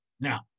Now